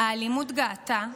האלימות גאתה,